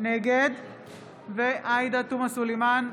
נגד עאידה תומא סלימאן,